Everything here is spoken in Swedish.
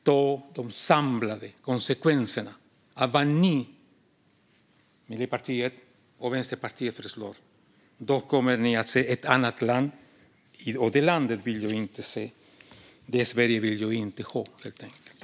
Men med de samlade konsekvenserna av vad ni, Miljöpartiet och Vänsterpartiet, föreslår kommer ni att se ett annat land. Det landet vill inte jag se. Det Sverige vill jag inte ha, helt enkelt.